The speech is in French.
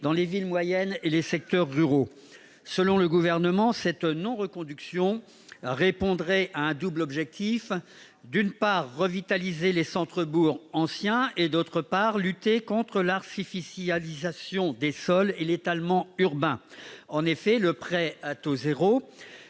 dans les villes moyennes et les secteurs ruraux. Selon le Gouvernement, cette non-reconduction répondrait à un double objectif : d'une part, revitaliser les centres-bourgs anciens, et, d'autre part, lutter contre l'artificialisation des sols et l'étalement urbain. En effet, le prêt à taux zéro,